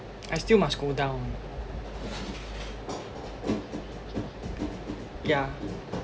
I still must go down yeah